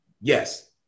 yes